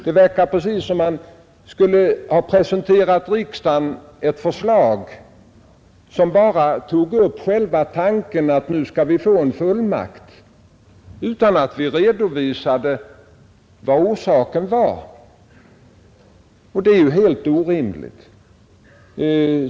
Det verkar precis som om vi skulle ha presenterat riksdagen ett förslag som bara tog upp själva tanken att nu skall vi få en fullmakt, utan att vi redovisade vad orsaken var. Det är helt orimligt.